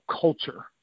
culture